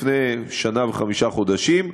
לפני שנה וחמישה חודשים,